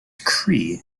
cree